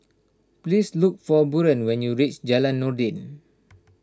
please look for Buren when you reach Jalan Noordin